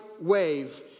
wave